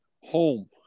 home